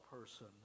person